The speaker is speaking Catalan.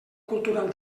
cultural